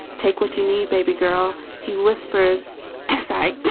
take what you need, baby girl he whispers inside